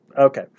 Okay